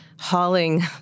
hauling